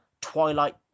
Twilight